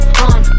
on